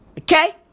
Okay